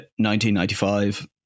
1995